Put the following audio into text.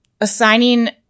assigning